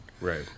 right